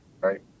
Right